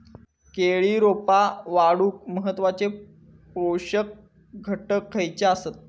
केळी रोपा वाढूक महत्वाचे पोषक घटक खयचे आसत?